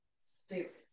spirit